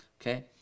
Okay